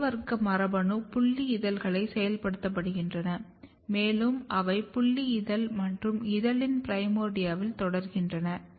எனவே A வர்க்க மரபணு புல்லி இதழ்களில் செயல்படுத்தப்படுகின்றன மேலும் அவை புல்லி இதழ் மற்றும் இதழின் பிரைமோர்டியாவில் தொடர்கின்றன